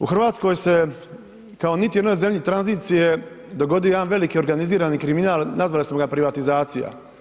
U Hrvatskoj se, kao niti jednoj zemlji tranzicije dogodio jedan veliki organizirani kriminal, nazvali smo ga privatizacija.